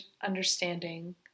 understanding